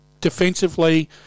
defensively